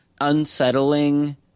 unsettling